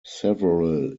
several